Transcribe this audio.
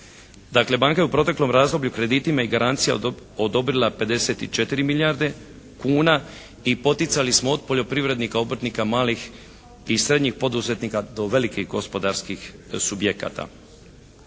Dakle, banka je u proteklom razdoblju kreditima i garancijama odobrila 54 milijarde kuna i poticali smo od poljoprivrednika, obrtnika, malih i srednjih poduzetnika do velikih gospodarskih subjekata.